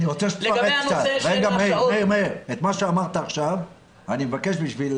אני רוצה שתפרט קצת את מה שאמרת עכשיו, גם בשביל